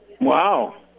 Wow